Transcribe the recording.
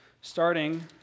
starting